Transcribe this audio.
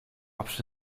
przy